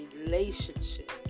relationship